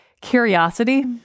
curiosity